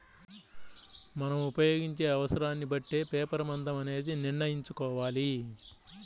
మనం ఉపయోగించే అవసరాన్ని బట్టే పేపర్ మందం అనేది నిర్ణయించుకోవాలి